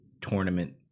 tournament